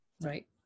Right